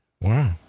Wow